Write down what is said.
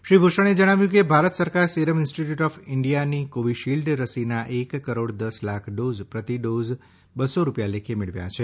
શ્રી ભૂષણે જણાવ્યું કે ભારત સરકાર સીરમ ઇન્ટીસિટ્યૂટ ઓફ ઇન્ડિયાની કોવિશીલ્ડ રસીના એક કરોડ દસ લાખ ડોઝ પ્રતિ ડોઝ બસો રૂપિયા લેખે મેળવ્યા છે